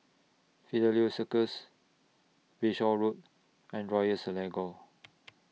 Fidelio Circus Bayshore Road and Royal Selangor